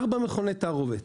תלוי בארבעה מכוני תערובת.